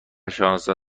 شانزده